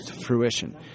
fruition